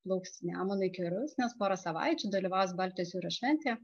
plauks nemunu iki rusnės porą savaičių dalyvaus baltijos jūros šventėje